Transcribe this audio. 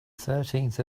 thirteenth